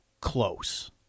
close